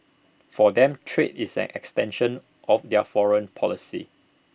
for them trade is an extension of their foreign policy